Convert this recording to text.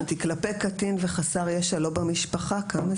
כלפי קטין וחסר ישע לא במשפחה, כמה זה?